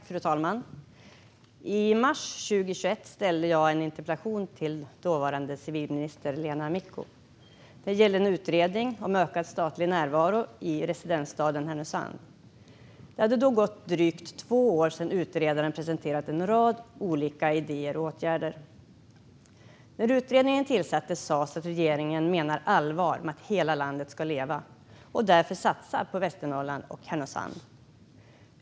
Fru talman! I mars 2021 ställde jag en interpellation till dåvarande civilminister Lena Micko. Den gällde en utredning om ökad statlig närvaro i residensstaden Härnösand. Det hade då gått drygt två år sedan utredaren presenterat en rad olika idéer och åtgärder. När utredningen tillsattes sa regeringen att man menade allvar med att hela landet ska leva och att man därför skulle satsa på Västernorrland och Härnösand.